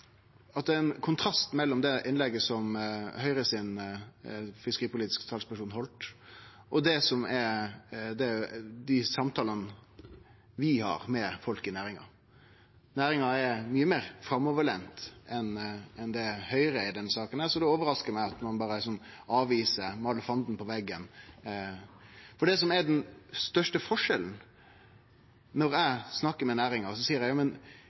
ein kontrast mellom det innlegget som Høgres fiskeripolitiske talsperson heldt, og dei samtalane vi har med folk i næringa. Næringa er mykje meir framoverlent enn det Høgre er i denne saka, så det overraskar meg at ein berre avviser og målar fanden på veggen. Her er det stor forskjell, for når eg snakkar med næringa og seier